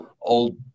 old